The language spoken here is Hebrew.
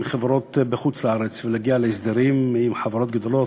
חברות בחוץ-לארץ ולהגיע להסדרים עם חברות גדולות,